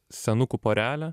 senukų porelę